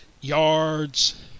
yards